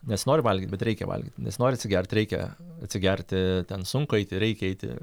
nesinori valgyt bet reikia valgyt nesinori atsigert reikia atsigerti ten sunku eiti reikia eiti